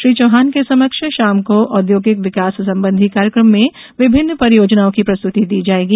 श्री चौहान के समक्ष शाम को औद्योगिक विकास संबंधी कार्यक्रम में विभिन्न परियोजनाओं की प्रस्तुति दी जायेगी